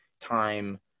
time